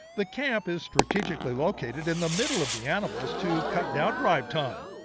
the camp is strategically located in the middle of the animals to cut down drive time.